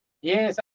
Yes